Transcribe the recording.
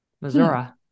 Missouri